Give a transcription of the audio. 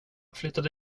flyttade